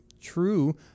true